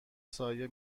سایه